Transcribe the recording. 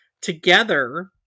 Together